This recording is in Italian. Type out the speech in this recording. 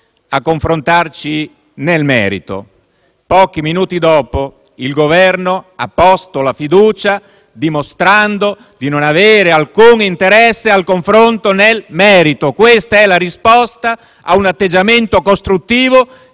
a confrontarci nel merito; pochi minuti dopo il Governo ha posto la fiducia, dimostrando di non avere alcun interesse al confronto nel merito. Questa è la risposta ad un atteggiamento costruttivo